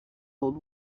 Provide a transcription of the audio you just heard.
old